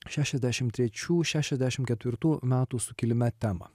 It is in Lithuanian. šešiasdešimt trečių šešiasdešimt ketvirtų sukilime temą